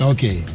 Okay